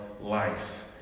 life